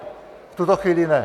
V tuto chvíli ne.